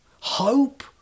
hope